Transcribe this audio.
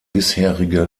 bisherige